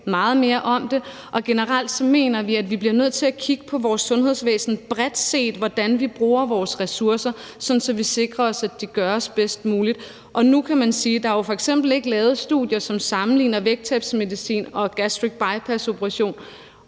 meget mere om det, og vi mener, at vi generelt bliver nødt til at kigge på vores sundhedsvæsen bredt set, i forhold til hvordan vi bruger vores ressourcer, sådan at vi sikrer os, at det gøres bedst muligt. Nu kan man sige, at der jo f.eks. ikke er lavet studier, som sammenligner vægttabsmedicin med en gastrisk bypassoperation,